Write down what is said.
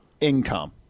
income